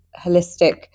holistic